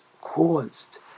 caused